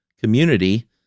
community